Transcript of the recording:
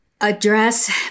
address